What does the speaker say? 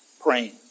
praying